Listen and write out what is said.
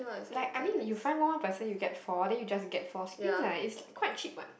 like I mean you find one more person you get for then you just get four screen ah it's quite cheap [what]